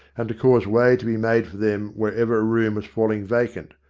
and to cause way to be made for them wherever a room was falling vacant,